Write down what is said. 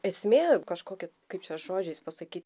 esmė kažkokį kaip čia žodžiais pasakyt